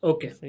Okay